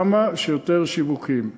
כמה שיותר שיווקים.